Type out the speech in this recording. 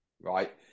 right